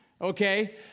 okay